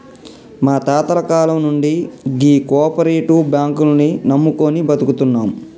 మా తాతల కాలం నుండి గీ కోపరేటివ్ బాంకుల్ని నమ్ముకొని బతుకుతున్నం